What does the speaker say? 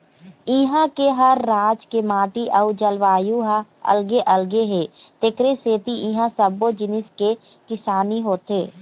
इहां के हर राज के माटी अउ जलवायु ह अलगे अलगे हे तेखरे सेती इहां सब्बो जिनिस के किसानी होथे